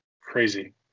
Crazy